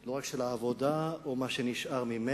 לא רק של העבודה או מה שנשאר ממנה,